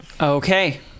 Okay